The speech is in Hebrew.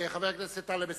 חבר הכנסת טלב אלסאנע,